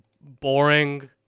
boring